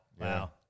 Wow